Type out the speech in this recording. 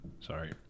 Sorry